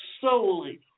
solely